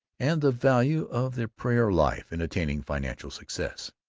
and the value of the prayer-life in attaining financial success.